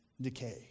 decay